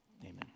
Amen